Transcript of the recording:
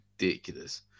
ridiculous